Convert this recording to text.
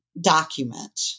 document